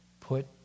Put